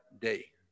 Day